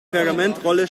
pergamentrolle